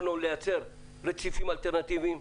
יכולנו ליצור רציפים אלטרנטיביים,